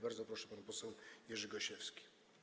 Bardzo proszę, pan poseł Jerzy Gosiewski.